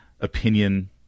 opinion